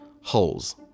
holes